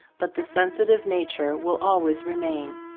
but the sensitive nature will always remain.